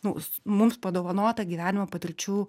nu mums padovanotą gyvenimo patirčių